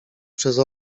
przez